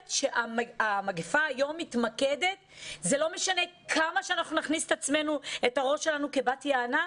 אנחנו לא צריכים לטמון את ראשנו כבת יענה.